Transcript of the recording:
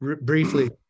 briefly